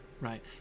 Right